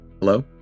Hello